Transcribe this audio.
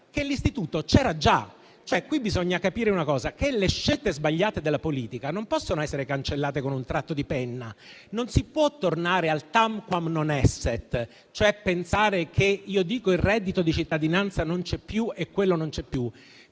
che l'istituto c'era già. Bisogna capire che le scelte sbagliate della politica non possono essere cancellate con un tratto di penna, non si può tornare al *tamquam non esset*, cioè pensare che basti dire che il reddito di cittadinanza non c'è più per far sì che